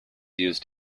used